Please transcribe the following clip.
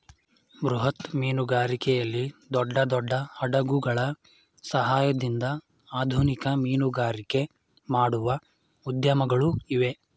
ಬೃಹತ್ ಮೀನುಗಾರಿಕೆಯಲ್ಲಿ ದೊಡ್ಡ ದೊಡ್ಡ ಹಡಗುಗಳ ಸಹಾಯದಿಂದ ಆಧುನಿಕ ಮೀನುಗಾರಿಕೆ ಮಾಡುವ ಉದ್ಯಮಗಳು ಇವೆ